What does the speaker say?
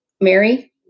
Mary